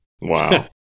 Wow